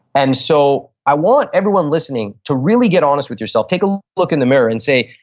and so, i want everyone listening to really get honest with yourself. take a look in the mirror and say,